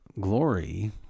glory